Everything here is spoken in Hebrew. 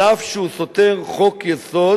אף שהוא סותר חוק-יסוד.